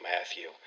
Matthew